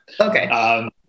Okay